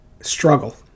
struggle